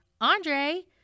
Andre